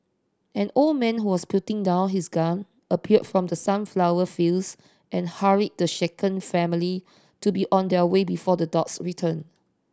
an old man who was putting down his gun appeared from the sunflower fields and hurried the shaken family to be on their way before the dogs return